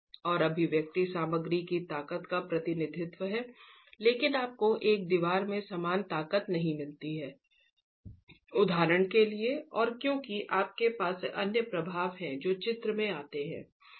और अभिव्यक्ति सामग्री की ताकत का प्रतिनिधित्व है लेकिन आपको एक दीवार में समान ताकत नहीं मिलती है उदाहरण के लिए और क्योंकि आपके पास अन्य प्रभाव हैं जो चित्र में आते हैं